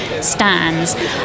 stands